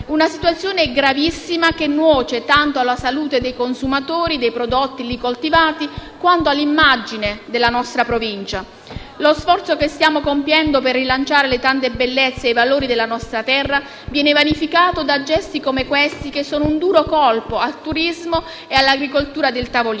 una situazione gravissima, che nuoce tanto alla salute dei consumatori dei prodotti lì coltivati, quanto all'immagine della nostra provincia. Lo sforzo che stiamo compiendo per rilanciare le tante bellezze e i valori della nostra terra viene vanificato da gesti come questi, che sono un duro colpo al turismo e all'agricoltura del Tavoliere.